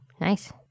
Nice